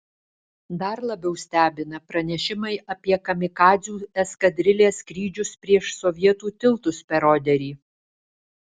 dar labiau stebina pranešimai apie kamikadzių eskadrilės skrydžius prieš sovietų tiltus per oderį